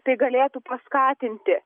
tai galėtų paskatinti